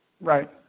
Right